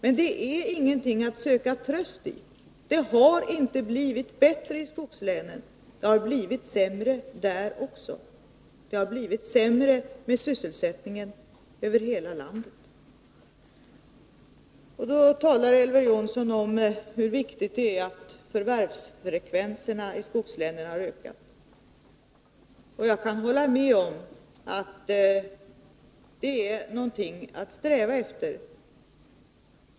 Men det är ingenting att söka tröst i. Det har inte blivit bättre i skogslänen. Det har blivit sämre där också. Sysselsättningen har minskat över hela landet. Elver Jonsson talade om hur viktigt det är att förvärvsfrekvensen i skogslänen har ökat. Jag kan hålla med om att det är någonting att sträva efter.